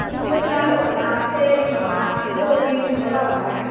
ம் முப்பத்தி நாலு ஒன்றா சரிங்கம்மா நான் வந்து ஒரு ஈவினிங் போல் வர்றேன்